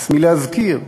הס מלהזכיר,